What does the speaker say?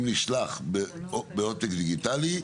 אם נשלח בעותק דיגיטלי,